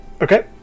Okay